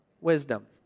wisdom